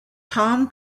thom